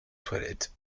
toilette